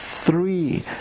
three